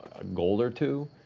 gold or two.